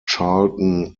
charlton